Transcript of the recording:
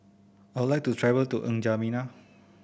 I would like to travel to N'Djamena